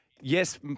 yes